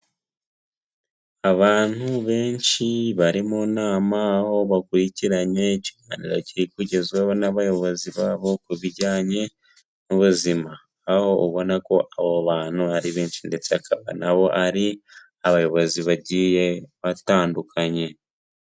Abantu benshi bari mu nama aho bakurikiranye ikiganiro kiri kugezwaho n'abayobozi babo ku bijyanye n'ubuzima, aho ubona ko abo bantu ari benshi ndetse akaba na bo ari abayobozi bagiye batandukanye.